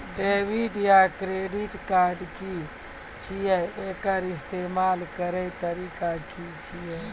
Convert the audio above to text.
Debit या credit card की छियै? एकर इस्तेमाल करैक तरीका की छियै?